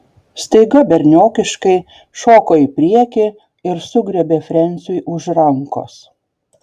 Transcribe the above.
staiga berniokiškai šoko į priekį ir sugriebė frensiui už rankos